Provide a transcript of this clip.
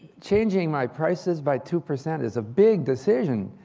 changing my prices by two percent is a big decision.